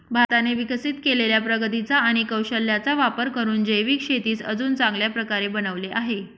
भारताने विकसित केलेल्या प्रगतीचा आणि कौशल्याचा वापर करून जैविक शेतीस अजून चांगल्या प्रकारे बनवले आहे